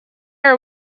are